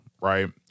right